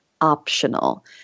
optional